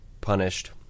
punished